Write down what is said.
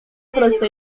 proste